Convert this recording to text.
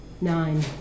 Nine